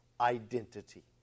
identity